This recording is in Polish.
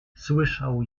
słyszał